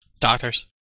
Doctors